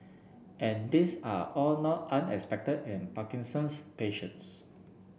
and these are all not unexpected in Parkinson's patients